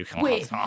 Wait